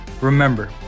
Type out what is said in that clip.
Remember